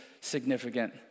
significant